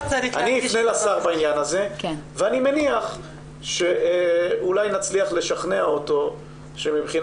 אני אפנה לשר בעניין הזה ואני מניח שאולי נצליח לשכנע אותו שמבחינת